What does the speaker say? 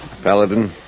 Paladin